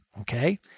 Okay